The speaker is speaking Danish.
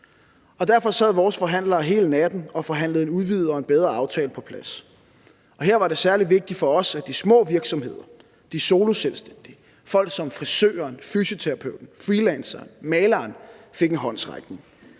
Derfor sad vores forhandlere hele natten og forhandlede en udvidet og en bedre aftale på plads, og her var det særlig vigtigt for os, at de små virksomheder, de soloselvstændige, folk som frisøren, fysioterapeuten, freelanceren, maleren, fik en håndsrækning.